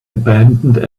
abandoned